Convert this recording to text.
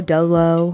Dolo